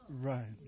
right